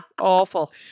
Awful